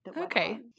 Okay